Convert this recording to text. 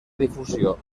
difusió